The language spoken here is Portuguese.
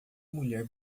mulher